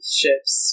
ships